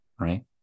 right